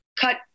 cut